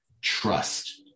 trust